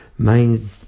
Main